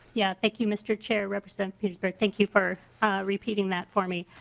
yeah thank you mr. chair representative petersburg thank you for repeating that for me.